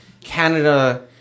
Canada